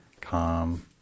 calm